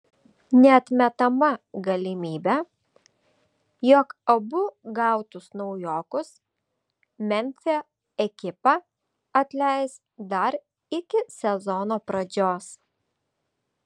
neatmetama galimybė jog abu gautus naujokus memfio ekipa atleis dar iki sezono pradžios